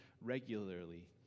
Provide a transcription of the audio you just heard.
regularly